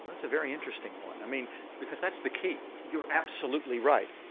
that's a very interesting one. i mean because that's the key. you're absolutely right.